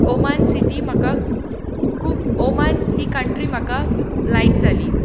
Oman city म्हाका खूब Oman ही कंट्री म्हाका लायक जाली